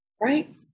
Right